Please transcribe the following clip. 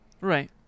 Right